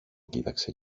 κοίταξε